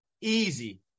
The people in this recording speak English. easy